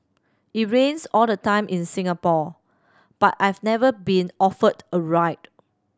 it rains all the time in Singapore but I've never been offered a ride